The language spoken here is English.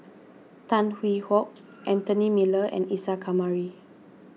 Tan Hwee Hock Anthony Miller and Isa Kamari